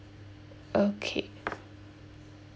okay